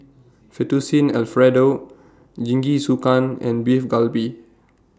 Fettuccine Alfredo Jingisukan and Beef Galbi